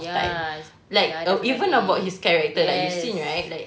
ya yes